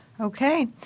Okay